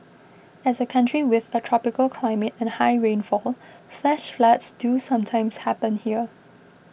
as a country with a tropical climate and high rainfall flash floods do sometimes happen here